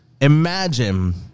Imagine